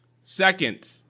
Second